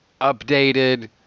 updated